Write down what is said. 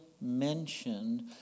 mentioned